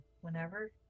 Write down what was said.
whenever